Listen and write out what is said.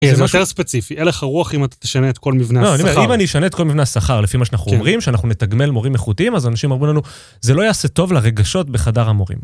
זה יותר ספציפי, הלך הרוח אם אתה תשנה את כל מבנה השכר. אם אני אשנה את כל מבנה השכר, לפי מה שאנחנו אומרים, שאנחנו נתגמל מורים איכותיים, אז אנשים אמרו לנו, זה לא יעשה טוב לרגשות בחדר המורים.